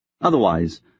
Otherwise